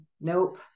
nope